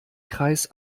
kreis